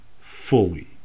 fully